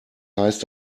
heißt